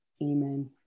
Amen